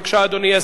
בבקשה, אדוני.